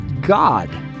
God